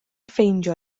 ffeindio